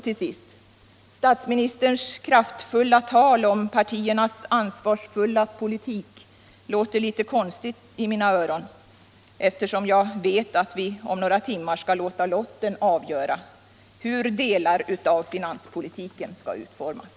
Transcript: Till sist: statsministerns kraftfulla tal om partiernas ansvarsfulla politik låter litet konstigt i mina öron, eftersom vi vet att lotten skall få avgöra hur delar av finanspolitiken skall utformas.